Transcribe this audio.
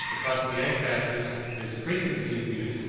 across the x axis is frequency of use,